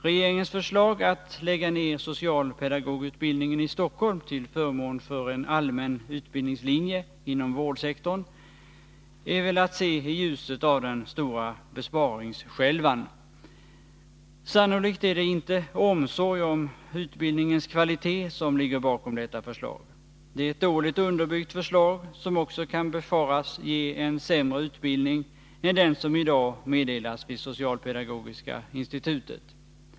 Regeringens förslag att lägga ner socialpedagogutbildningen i Stockholm till förmån för en allmän utbildningslinje inom vårdsektorn är väl att se i ljuset av den stora besparingsskälvan. Sannolikt är det inte omsorg om utbildningens kvalitet som ligger bakom detta förslag. Det är ett dåligt underbyggt förslag, som också kan befaras ge en sämre utbildning än den som i dag meddelas vid socialpedagogiska institutet.